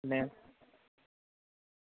ને